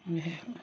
वएहे